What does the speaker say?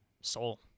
soul